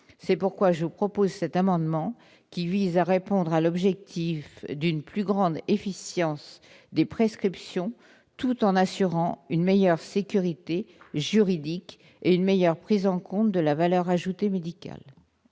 vous propose d'adopter cet amendement, qui vise à répondre à l'objectif d'une plus grande efficience des prescriptions, tout en assurant une meilleure sécurité juridique et une meilleure prise en compte de la valeur ajoutée médicale.